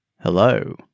Hello